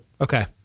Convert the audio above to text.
Okay